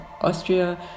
Austria